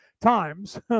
times